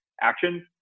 actions